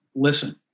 Listen